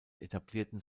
etablierten